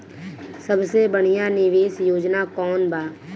सबसे बढ़िया निवेश योजना कौन बा?